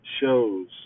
shows